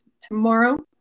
tomorrow